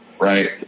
right